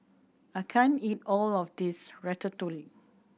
I can't eat all of this Ratatouille